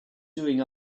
doing